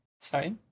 Sorry